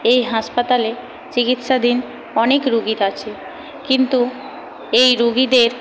এই হাসপাতালে চিকিৎসাধীন অনেক রুগী আছে কিন্তু এই রুগীদের